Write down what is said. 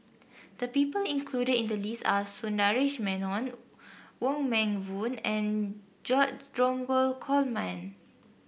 the people included in the list are Sundaresh Menon Wong Meng Voon and George Dromgold Coleman